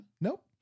Nope